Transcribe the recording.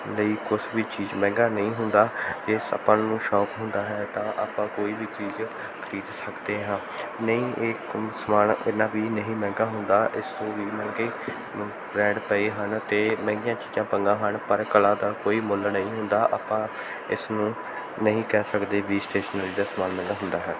ਲਈ ਕੁਛ ਵੀ ਚੀਜ਼ ਮਹਿੰਗਾ ਨਹੀਂ ਹੁੰਦਾ ਇਹ ਸਭ ਆਪਾਂ ਨੂੰ ਸ਼ੌਕ ਹੁੰਦਾ ਹੈ ਤਾਂ ਆਪਾਂ ਕੋਈ ਵੀ ਚੀਜ਼ ਖਰੀਦ ਸਕਦੇ ਹਾਂ ਨਹੀਂ ਇਹ ਕੋਈ ਸਮਾਨ ਇੰਨਾ ਵੀ ਨਹੀਂ ਮਹਿੰਗਾ ਹੁੰਦਾ ਇਸ ਤੋਂ ਵੀ ਮਹਿੰਗੇ ਬ੍ਰੈਂਡ ਪਏ ਹਨ ਅਤੇ ਮਹਿੰਗੀਆਂ ਚੀਜ਼ਾਂ ਪਈਆਂ ਹਨ ਪਰ ਕਲਾ ਦਾ ਕੋਈ ਮੁੱਲ ਨਹੀਂ ਹੁੰਦਾ ਆਪਾਂ ਇਸ ਨੂੰ ਨਹੀਂ ਕਹਿ ਸਕਦੇ ਵੀ ਸਟੇਸ਼ਨਰੀ ਦਾ ਸਮਾਨ ਮਹਿੰਗਾ ਹੁੰਦਾ ਹੈ